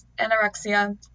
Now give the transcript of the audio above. anorexia